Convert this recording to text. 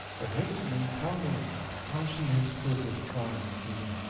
but hasten and tell me how she has stood this trying scene,